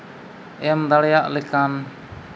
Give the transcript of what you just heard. ᱮᱢ ᱫᱟᱲᱮᱭᱟᱜ ᱞᱮᱠᱟᱱ